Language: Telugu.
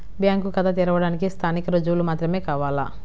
బ్యాంకు ఖాతా తెరవడానికి స్థానిక రుజువులు మాత్రమే కావాలా?